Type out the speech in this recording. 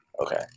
Okay